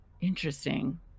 Interesting